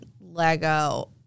Lego